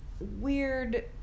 weird